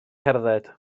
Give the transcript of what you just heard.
cerdded